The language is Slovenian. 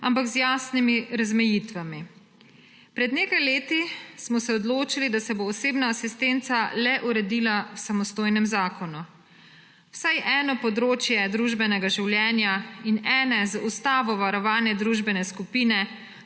ampak z jasnimi razmejitvami. Pred nekaj leti smo se odločili, da se bo osebna asistenca le uredila v samostojnem zakonu. Vsaj eno področje družbenega življenja in ene, z ustavo varovane družbene skupine